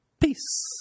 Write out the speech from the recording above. Peace